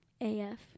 AF